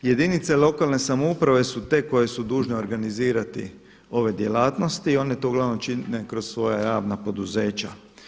Jedinice lokalne samouprave su te koje su dužne organizirati ove djelatnosti i one to uglavnom čine kroz svoja javna poduzeća.